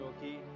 okay